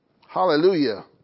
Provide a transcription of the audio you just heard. Hallelujah